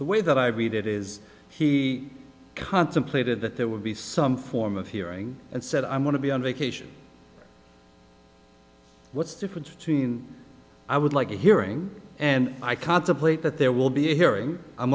the way that i've read it is he contemplated that there would be some form of hearing and said i'm going to be on vacation what's the difference between i would like a hearing and i contemplate that there will be a hearing i'm